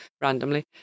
randomly